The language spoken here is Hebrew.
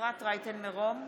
אפרת רייטן מרום,